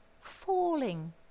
falling